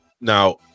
now